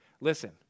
Listen